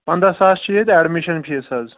پنٛداہ ساس چھِ ییٚتہِ اٮ۪ڈمِشَن فیٖس حظ